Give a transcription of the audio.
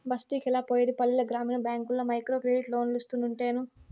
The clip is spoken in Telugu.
బస్తికెలా పోయేది పల్లెల గ్రామీణ బ్యాంకుల్ల మైక్రోక్రెడిట్ లోన్లోస్తుంటేను